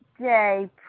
day